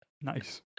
Nice